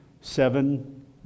seven